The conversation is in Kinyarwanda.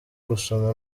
gusoma